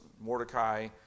Mordecai